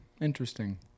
interesting